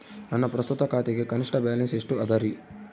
ನನ್ನ ಪ್ರಸ್ತುತ ಖಾತೆಗೆ ಕನಿಷ್ಠ ಬ್ಯಾಲೆನ್ಸ್ ಎಷ್ಟು ಅದರಿ?